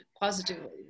positively